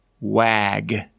Wag